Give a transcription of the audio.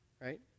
right